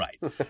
right